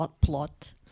plot